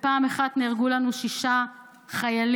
בפעם אחת נהרגו לנו שישה חיילים.